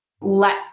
let